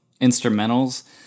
instrumentals